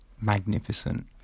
magnificent